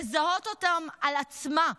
לזהות אותן על עצמה.